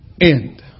end